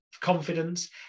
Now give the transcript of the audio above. confidence